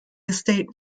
estate